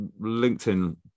LinkedIn